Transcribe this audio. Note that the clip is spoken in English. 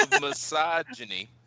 misogyny